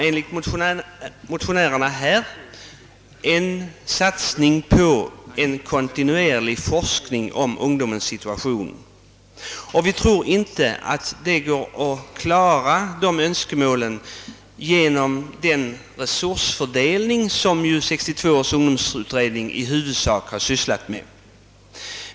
Enligt motionärernas mening är därför en satsning på kontinuerlig forskning om ungdomens situation nödvändig. Vi anser att det inte går att tillgodose önskemålen i det avseendet genom den resursfördelning som 1962 års ungdomsutredning i huvudsak har att syssla med.